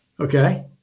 Okay